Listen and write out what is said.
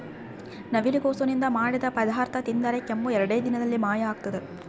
ನವಿಲುಕೋಸು ನಿಂದ ಮಾಡಿದ ಪದಾರ್ಥ ತಿಂದರೆ ಕೆಮ್ಮು ಎರಡೇ ದಿನದಲ್ಲಿ ಮಾಯ ಆಗ್ತದ